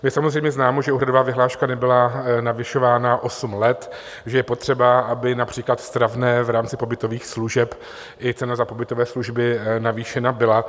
Je samozřejmě známo, že úhradová vyhláška nebyla navyšována osm let, že je potřeba, aby například stravné v rámci pobytových služeb i cena za pobytové služby navýšena byla.